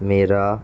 ਮੇਰਾ